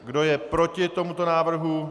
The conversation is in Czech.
Kdo je proti tomuto návrhu?